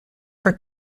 for